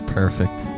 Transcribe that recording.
perfect